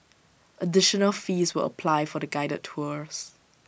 additional fees will apply for the guided tours